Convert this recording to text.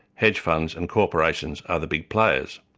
hedge funds and corporations are the big players.